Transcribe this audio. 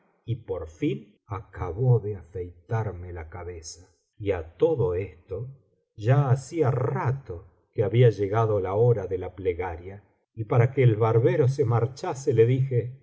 y por fin acabó de afeitarme la cabeza y á todo esto ya hacía rato que había llegado la hora de la plegaria y para que el barbero se marchase le dije